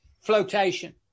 flotation